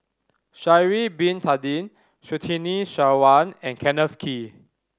Sha'ari Bin Tadin Surtini Sarwan and Kenneth Kee